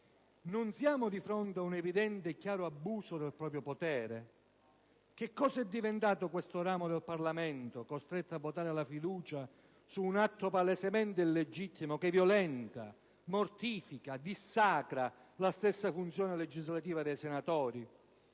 Non siamo di fronte ad un evidente e chiaro abuso del proprio potere? Che cosa è diventato questo ramo del Parlamento, costretto a votare la fiducia su un atto palesemente illegittimo che violenta, mortifica, dissacra la stessa funzione legislativa dei senatori?